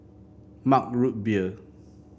Mug Root Beer